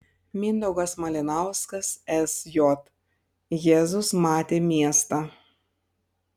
mindaugas malinauskas sj jėzus matė miestą